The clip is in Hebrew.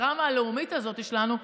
הטראומה הלאומית שלנו,